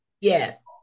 Yes